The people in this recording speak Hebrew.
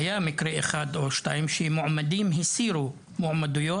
היה מקרה אחד או שניים שמועמדים הסירו מועמדויות